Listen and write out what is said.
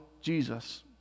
Jesus